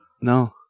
No